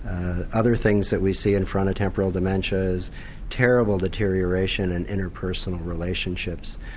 other things that we see in frontotemporal dementia is terrible deterioration in interpersonal relationships.